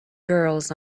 girls